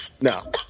No